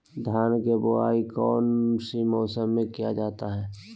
धान के बोआई कौन सी मौसम में किया जाता है?